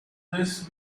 this